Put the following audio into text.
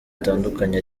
zitandukanye